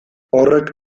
horrek